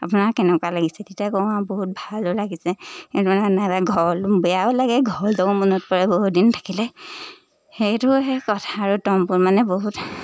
আপোনাৰ কেনেকুৱা লাগিছে তেতিয়া কওঁ আৰু বহুত ভালো লাগিছে বেয়াও লাগে ঘৰলৈও মনত পৰে বহুত দিন থাকিলে সেইটো সেই কথা আৰু তম্বুত মানে বহুত